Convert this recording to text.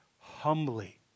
humbly